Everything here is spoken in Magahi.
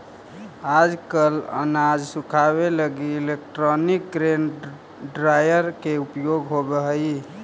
आजकल अनाज सुखावे लगी इलैक्ट्रोनिक ग्रेन ड्रॉयर के उपयोग होवऽ हई